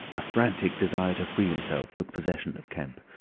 a frantic desire to free himself took possession of kemp.